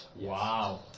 Wow